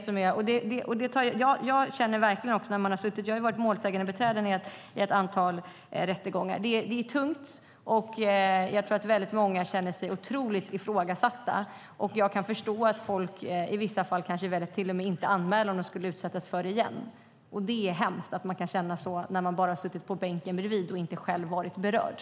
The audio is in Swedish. Så är det. Jag har varit målsägandebiträde i ett antal rättegångar, och jag känner verkligen att det är tungt. Många känner sig otroligt ifrågasatta, och jag kan förstå att folk i vissa fall till och med låter bli att anmäla om de skulle utsättas för detta igen. Det är hemskt att man kan känna så när man bara har suttit på bänken bredvid och inte själv har varit berörd.